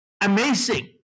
Amazing